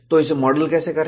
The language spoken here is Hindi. तो इसे मॉडल कैसे करें